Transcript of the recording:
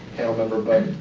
panel member, but,